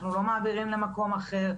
אנחנו לא מעבירים למקום אחר.